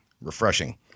Refreshing